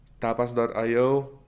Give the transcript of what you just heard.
Tapas.io